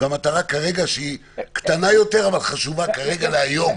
והמטרה כרגע שהיא קטנה יותר אבל חשובה כרגע להיום.